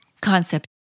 concept